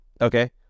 okay